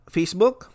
Facebook